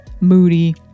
moody